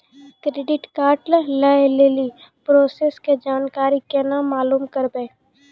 Credit card लय लेली process के जानकारी केना मालूम करबै?